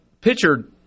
pitcher